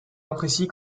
imprécis